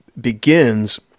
begins